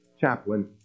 chaplain